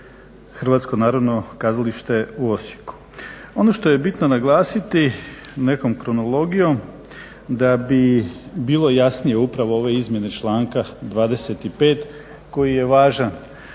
Hrvatsko narodno kazalište u Osijeku. Ono što je bitno naglasiti nekom kronologijom, da bi bile jasnije upravo ove izmjene članka 25. koji je važan,